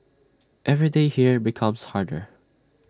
every day here becomes harder